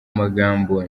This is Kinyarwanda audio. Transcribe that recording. magambo